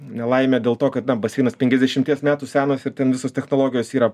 nelaimė dėl to kad na baseinas penkiasdešimties metų senas ir ten visos technologijos yra